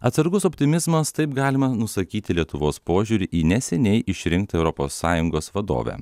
atsargus optimizmas taip galima nusakyti lietuvos požiūrį į neseniai išrinktą europos sąjungos vadovę